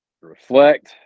reflect